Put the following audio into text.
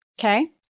Okay